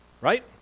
Right